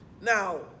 Now